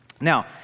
Now